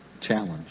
Challenge